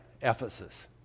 Ephesus